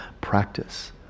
practice